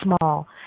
small